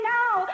now